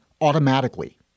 automatically